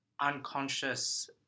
unconscious